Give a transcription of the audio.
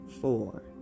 four